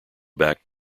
back